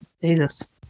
Jesus